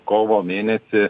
kovo mėnesį